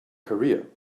career